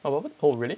bubble oh really